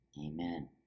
Amen